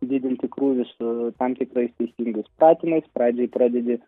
didinti krūvius su tam tikrais teisingais pratimais pradedi pradedi